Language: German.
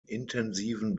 intensiven